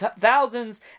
thousands